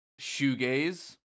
shoegaze